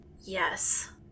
Yes